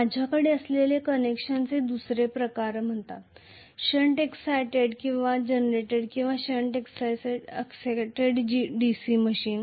माझ्याकडे असलेले कनेक्शनचे दुसरे प्रकार म्हणतात शंट एक्साइटेड जनरेटर किंवा शंट एक्साइटेड DC मशीन